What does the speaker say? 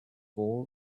ball